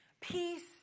peace